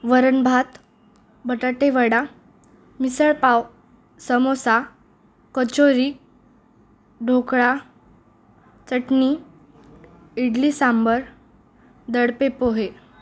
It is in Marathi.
वरण भात बटाटे वडा मिसळ पाव समोसा कचोरी ढोकळा चटणी इडली सांबर दडपे पोहे